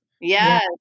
Yes